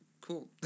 cool